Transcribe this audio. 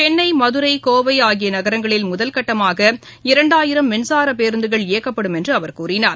சென்னை மதுரை கோவைஆகியநகரங்களில் முதல்கட்டமாக இரண்டாயிரம் மின்சாரபேருந்துகள் இயக்கப்படும் என்றுஅவர் கூறினார்